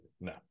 no